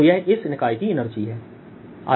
तो यह इस निकाय की एनर्जी है